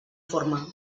forma